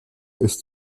ist